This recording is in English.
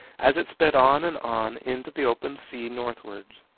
as it sped on and on into the open sea northwards.